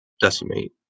decimate